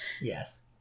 Yes